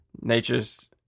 Nature's